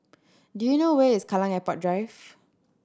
do you know where is Kallang Airport Drive